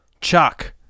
chuck